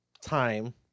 time